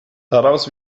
daraus